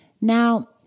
Now